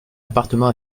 appartement